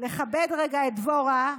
לכבד רגע את דבורה,